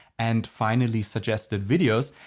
and finally suggested videos.